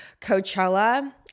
Coachella